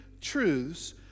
truths